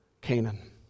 Canaan